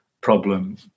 problem